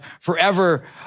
forever